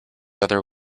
other